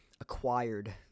acquired